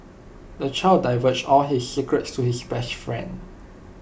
the child divulged all his secrets to his best friend